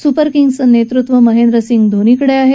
सुपरकिंग्जचं नेतृत्व महेंद्रसिंग धोनीकडे आहे